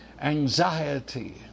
anxiety